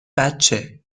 بچه